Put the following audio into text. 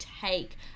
take